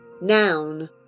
Noun